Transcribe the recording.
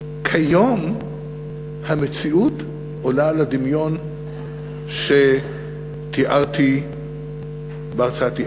כיום המציאות עולה על הדמיון שתיארתי בהרצאתי.